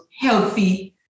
healthy